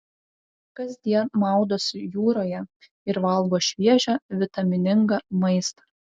kasdien maudosi jūroje ir valgo šviežią vitaminingą maistą